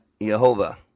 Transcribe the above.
Yehovah